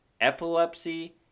epilepsy